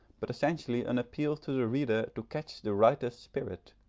but essentially an appeal to the reader to catch the writer's spirit,